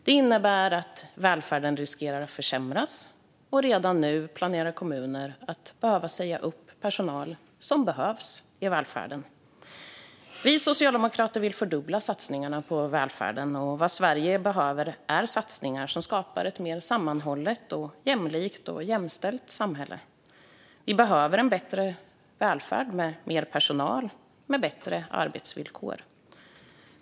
Det innebär att välfärden riskerar att försämras, och redan nu planerar kommuner för att behöva säga upp personal som behövs i välfärden. Vi socialdemokrater vill fördubbla satsningarna på välfärden. Vad Sverige behöver är satsningar som skapar ett mer sammanhållet, jämlikt och jämställt samhälle. Vi behöver en bättre välfärd med mer personal som har bättre arbetsvillkor.